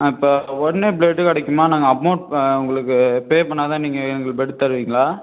ஆ இப்போ உடனே பிளட் கிடைக்குமா நாங்கள் அமௌண்ட் உங்களுக்கு பே பண்ணால்தான் நீங்கள் எங்களுக்கு பிளட் தருவீங்களா